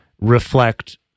reflect